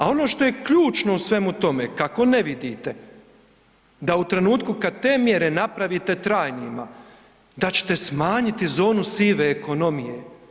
A ono što je ključno u svemu tome kako ne vidite da u trenutku kada te mjere napravite trajnima da ćete smanjiti zonu sive ekonomije.